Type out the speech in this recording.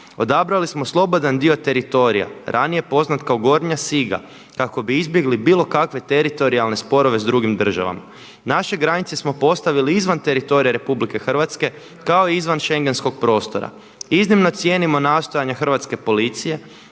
Odabrali smo slobodan dio teritorija ranije poznat kao Gornja Siga kao bi izbjegli bilo kakve teritorijalne sporove s drugim državama. Naše granice smo postavili izvan teritorija RH kao i izvan Schengenskog prostora. Iznimno cijenimo nastojanja hrvatske policije